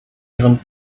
ihren